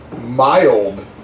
mild